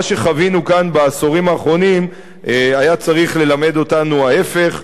מה שחווינו כאן בעשורים האחרונים היה צריך ללמד אותנו ההיפך,